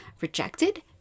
rejected